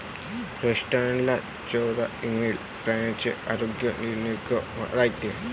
rotational चराईमुळे प्राण्यांचे आरोग्य निरोगी राहते